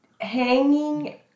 hanging